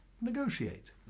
Negotiate